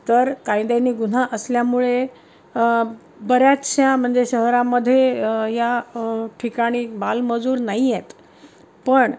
तर कायद्याने गुन्हा असल्यामुळे बऱ्याचशा म्हणजे शहरामध्ये या ठिकाणी बालमजूर नाही आहेत पण